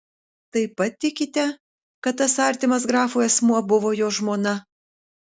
taip pat tikite kad tas artimas grafui asmuo buvo jo žmona